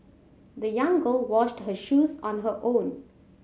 the young girl washed her shoes on her own